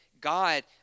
God